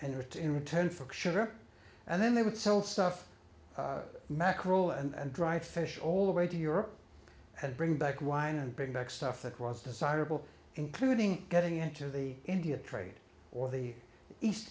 sugar and then they would sell stuff mackerel and dried fish all the way to europe and bring back wine and bring back stuff that was desirable including getting into the india trade or the east